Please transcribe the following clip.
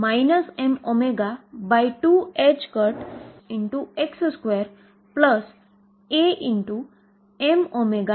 તો હવે તમે જુઓ છો કે શ્રોડિંજરSchrödinger સમીકરણ મને એ જ જવાબ આપે છે